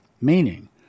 Meaning